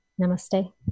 Namaste